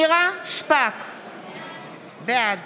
בעד